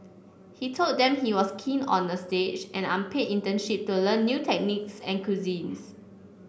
he told them he was keen on a stage an unpaid internship to learn new techniques and cuisines